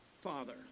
Father